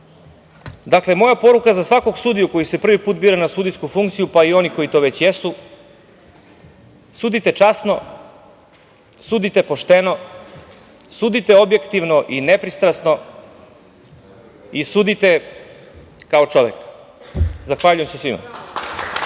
čovek“.Dakle, moja poruka za svakog sudiju koji se prvi put bira na sudijsku funkciju, pa onih koji to već jesu – sudite časno, sudite pošteno, sudite objektivno i nepristrasno i sudite kao čovek. Zahvaljujem se svima.